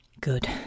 Good